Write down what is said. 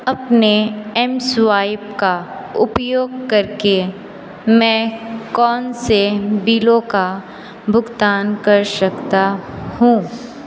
अपने एमस्वाइप का उपयोग करके मैं कौन से बिलों का भुगतान कर सकता हूँ